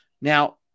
Now